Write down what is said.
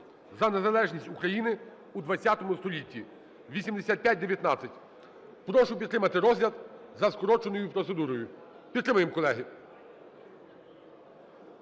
за незалежність України у XX столітті (8519). Прошу підтримати розгляд за скороченою процедурою. Підтримаємо, колеги.